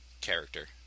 character